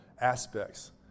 aspects